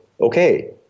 okay